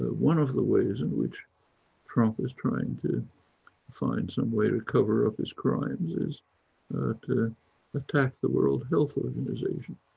one of the ways in which trump is trying to find some way to cover up his crimes is to attack the world health organisation.